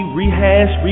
rehash